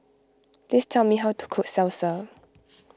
please tell me how to cook Salsa